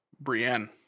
Brienne